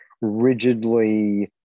rigidly